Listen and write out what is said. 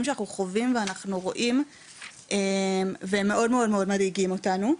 שאנחנו חווים ורואים והם מאוד מדאיגים אותנו.